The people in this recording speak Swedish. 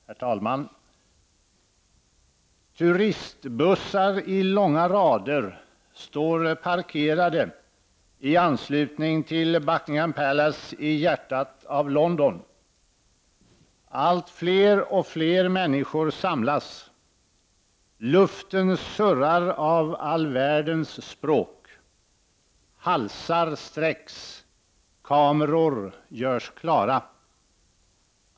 Herr talman! Turistbussar i långa rader står parkerade i anslutning till Buckingham Palace i hjärtat av London. Allt fler och fler människor samlas. Luften surrar av all världens språk. Halsar sträcks, kameror görs klara.